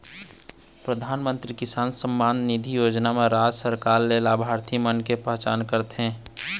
परधानमंतरी किसान सम्मान निधि योजना म राज सरकार ल लाभार्थी मन के पहचान करथे